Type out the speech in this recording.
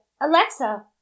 Alexa